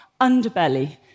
underbelly